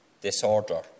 disorder